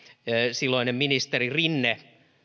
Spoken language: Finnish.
silloinen ministeri rinne